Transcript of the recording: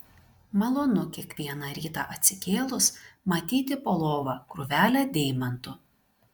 malonu kiekvieną rytą atsikėlus matyti po lova krūvelę deimantų